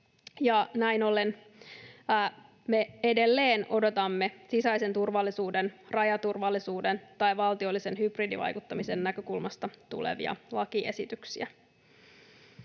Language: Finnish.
näin ollen me edelleen odotamme sisäisen turvallisuuden, rajaturvallisuuden tai valtiollisen hybridivaikuttamisen näkökulmasta tulevia lakiesityksiä.